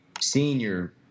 senior